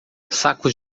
sacos